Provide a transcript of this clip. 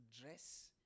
dress